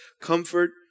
comfort